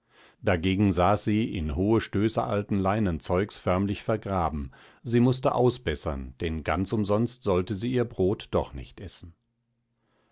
dagegen saß sie in hohe stöße alten leinenzeugs förmlich vergraben sie mußte ausbessern denn ganz umsonst sollte sie ihr brot doch nicht essen